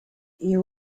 you